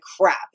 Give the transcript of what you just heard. crap